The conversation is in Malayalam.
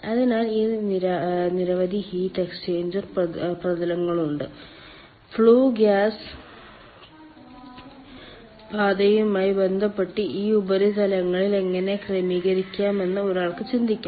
അതിനാൽ ഈ നിരവധി ഹീറ്റ് എക്സ്ചേഞ്ചർ പ്രതലങ്ങളുണ്ട് ഫ്ലൂ ഗ്യാസ് പാതയുമായി ബന്ധപ്പെട്ട് ഈ ഉപരിതലങ്ങൾ എങ്ങനെ ക്രമീകരിക്കാമെന്ന് ഒരാൾക്ക് ചിന്തിക്കാം